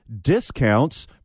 Discounts